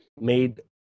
made